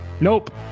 nope